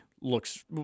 looks –